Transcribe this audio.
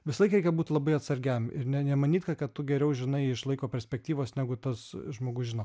visą laiką reikia būt labai atsargiam ir ne nemanyt kad kad tu geriau žinai iš laiko perspektyvos negu tas žmogus žino